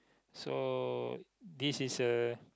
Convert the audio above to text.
so this is a